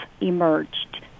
emerged